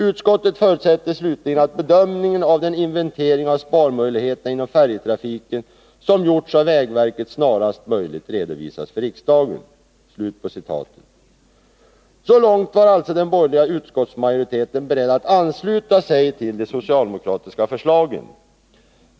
Utskottet förutsätter slutligen att bedömningen av den inventering av sparmöjligheterna inom färjetrafiken som gjorts av vägverket, snarast möjligt redovisas för riksdagen.” Så långt var alltså den borgerliga utskottsmajoriteten beredd att ansluta sig till de socialdemokratiska förslagen.